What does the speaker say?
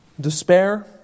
despair